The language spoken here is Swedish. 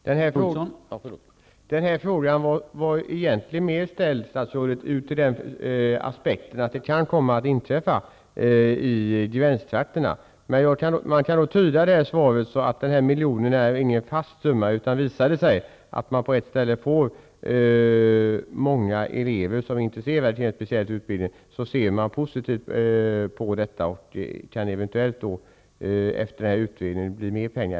Herr talman! Frågan ställdes närmast därför att denna situation kan komma att inträfffa i gränstrakterna. Kan jag tolka vad statsrådet nu sade så att denna miljon inte är någon helt fixerad summa utan att om det visar sig att man på ett ställe får många elever som är intresserade av en speciell utbildning, så ser regeringen positivt på detta och kan ge mer pengar?